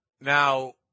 Now